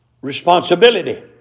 responsibility